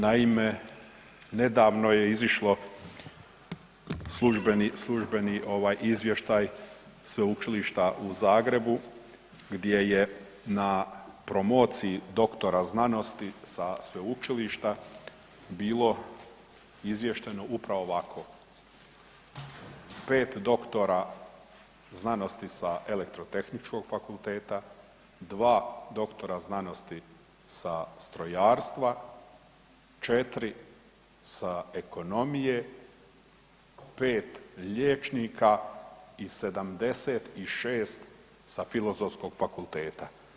Naime, nedavno je izišlo službeni, službeni ovaj izvještaj Sveučilišta u Zagrebu gdje je na promociji doktora znanosti sa sveučilišta bilo izvješteno upravo ovako, 5 doktora znanosti sa Elektrotehničkog fakulteta, 2 doktora znanosti sa strojarstva, 4 sa ekonomije, 5 liječnika i 76 sa Filozofskog fakulteta.